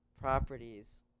properties